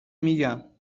میگم